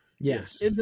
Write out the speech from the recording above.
Yes